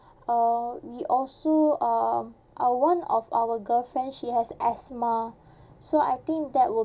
uh we also uh uh one of our girlfriend she has asthma so I think that will